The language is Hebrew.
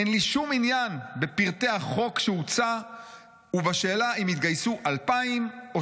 אין לי שום עניין בפרטי החוק שהוצע ובשאלה אם יתגייסו 2,000 או